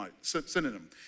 synonym